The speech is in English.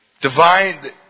Divine